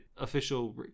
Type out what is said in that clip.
official